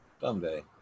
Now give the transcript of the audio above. someday